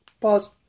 Pause